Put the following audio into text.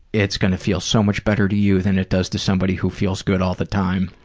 it's going to feel so much better to you than it does to somebody who feels good all the time.